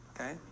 okay